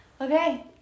Okay